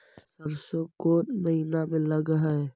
सरसों कोन महिना में लग है?